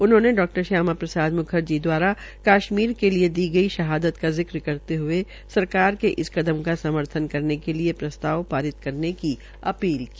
उन्होंने डा श्यामा प्रसाद मुखर्जी द्वाराकश्मीर के लिये दी गई शहादत का जिक्र करते हये सरकार के इस कदम का समर्थन करने के लिये प्रस्ताव पारित करने की अपील की